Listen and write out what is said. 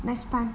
next time